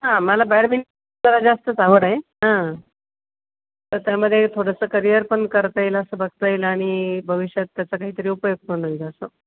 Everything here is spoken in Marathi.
हां मला बॅडमिंटन जरा जास्तच आवडं आहे हां तर त्यामध्ये थोडंसं करिअर पण करता येईल असं बघता येईल आणि भविष्यात त्याचा काहीतरी उपयोग पण होईल असं